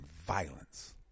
violence